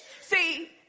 See